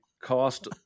cost